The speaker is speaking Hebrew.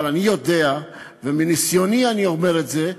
אבל אני יודע, ומניסיוני אני אומר את זה,